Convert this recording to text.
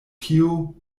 tio